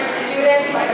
students